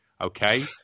okay